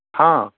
हा